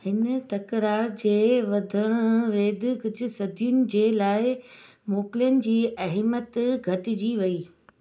हिन तक़रारु जे वधणु बैदि कुझ सदियुनि जे लाइ मोकिलनि जी अहमियतु घटिजी वई